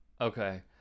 Okay